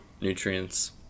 nutrients